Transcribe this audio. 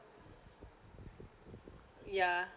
ya